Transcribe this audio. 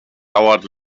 dauert